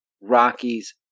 Rockies